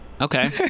okay